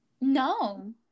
no